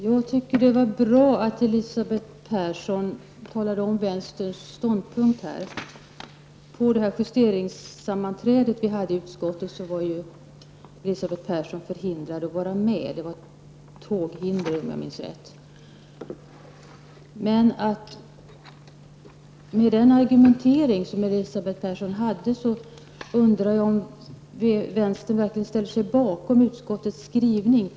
Herr talman! Det var bra att Elisabeth Persson talade om vänsterns ståndpunkt här. På der justeringssammanträde som vi hade i utskottet var ju Elisabeth Persson förhindrad att närvara. Det var tåghinder om jag minns rätt. Jag undrar om vänstern, med den argumentering som Elisabeth Persson hade, verkligen ställer sig bakom utskottets skrivning.